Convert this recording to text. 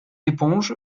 éponge